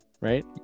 right